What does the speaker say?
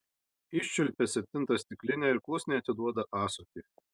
iščiulpia septintą stiklinę ir klusniai atiduoda ąsotį